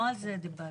לא על זה דיברתי.